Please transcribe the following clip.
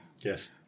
yes